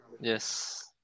Yes